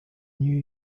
new